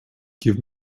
give